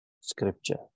scripture